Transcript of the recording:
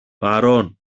παρών